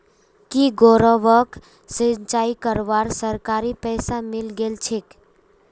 की गौरवक सिंचाई करवार सरकारी पैसा मिले गेल छेक